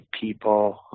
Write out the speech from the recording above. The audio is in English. people